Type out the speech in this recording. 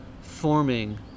forming